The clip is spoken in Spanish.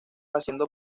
haciendo